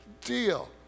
deal